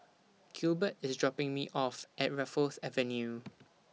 Gilbert IS dropping Me off At Raffles Avenue